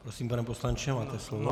Prosím, pane poslanče, máte slovo.